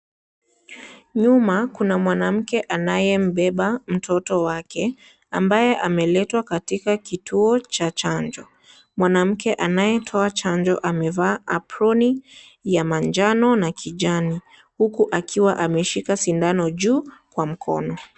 Nyuma kuna mwanamke anayembeba mtoto wake ambaye ameletwa katika kituo cha chanjo, mwanamke anayetoa chanjo amevaa aproni ya manjano na kijani, huku akiwa ameshika sindano juu kwa mkono.